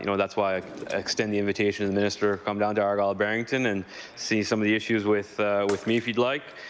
you know that's why i extend the invitation to the minister, come down to argyle-barrington and see some of the issues with with me, if you like.